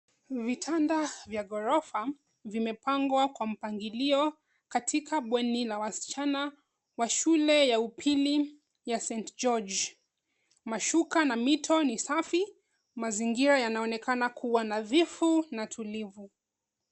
Vitanda vya ghorofa vimepangwa kwa mpangilio katika bweni la wasichana wa shule ya upili ya St. George. Mashuka na mito ni safi, mazingio yanaonekana kuwa nadhifu na tulivu.